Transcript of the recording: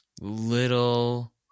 little